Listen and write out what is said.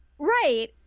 Right